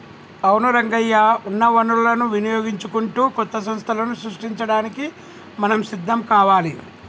అవును రంగయ్య ఉన్న వనరులను వినియోగించుకుంటూ కొత్త సంస్థలను సృష్టించడానికి మనం సిద్ధం కావాలి